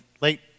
late